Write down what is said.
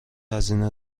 هزینه